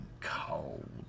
cold